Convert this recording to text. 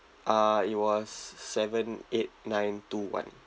uh it was seven eight nine two one